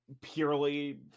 Purely